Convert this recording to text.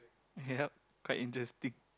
yup quite interesting